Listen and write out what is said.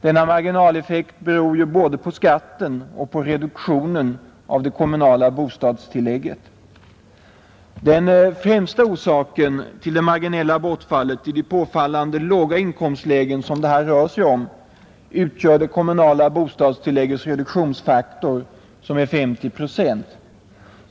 Denna marginaleffekt beror både på skatten och på reduktionen av det kommunala bostadstillägget. Den främsta orsaken till det marginella bortfallet i de påfallande låga inkomstlägen som det här rör sig om utgör det kommunala bostadstilläggets reduktionsfaktor, som är 50 procent.